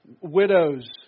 widows